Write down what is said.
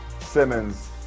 Simmons